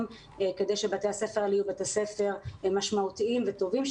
כדי שבתי הספר האלה יהיו בתי ספר משמעותיים וטובים,